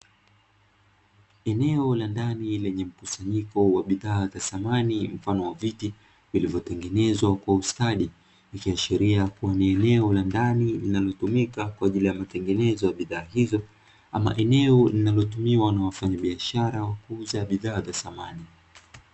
Eneo la ndani lenye mkusanyiko wa bidhaa za samani mfano wa viti vilivyotengenezwa kwa ustadi, likiashiria kuwa ni eneo la ndani linalotumika kwa ajili ya matengenezo ya bidhaa hizo, ama eneo linalotumiwa na wafanyabiashara kuuza bidhaa za samani.